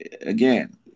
again